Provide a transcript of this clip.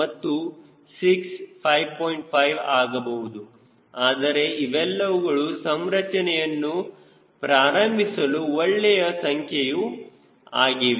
5 ಆಗಬಹುದು ಆದರೆ ಇವೆಲ್ಲವುಗಳು ಸಂರಚನೆಯನ್ನು ಪ್ರಾರಂಭಿಸಲು ಒಳ್ಳೆಯ ಸಂಖ್ಯೆಗಳು ಆಗಿವೆ